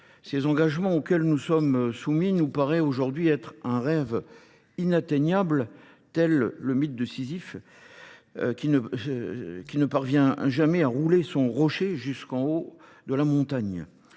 ces engagements auxquels nous sommes soumis nous paraît aujourd'hui être un rêve inatteignable, tel le mythe de Sisyphe. qui ne parvient jamais à rouler son rocher jusqu'en haut de la montagne.